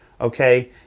okay